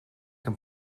een